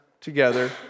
together